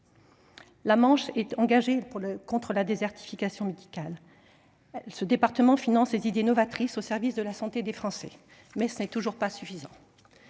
La Manche est en effet engagée contre la désertification médicale : ce département finance des idées novatrices au service de la santé des Français ; mais cela n’est toujours pas suffisant.